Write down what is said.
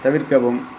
தவிர்க்கவும்